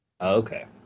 Okay